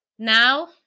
now